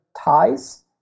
ties